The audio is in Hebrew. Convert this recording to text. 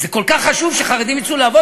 כל כך חשוב שחרדים יצאו לעבוד?